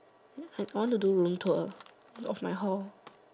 I want to do room tour of my whole